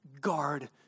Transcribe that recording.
guard